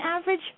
average